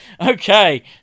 okay